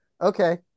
Okay